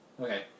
Okay